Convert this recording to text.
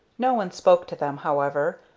no one spoke to them, however,